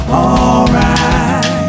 alright